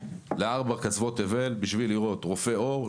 יוצאים לארבע קצוות תבל בשביל לראות רופא עור.